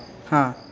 हां